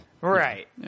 Right